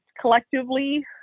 collectively